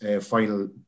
final